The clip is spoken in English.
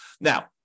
Now